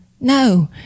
No